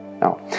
Now